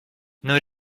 non